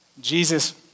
Jesus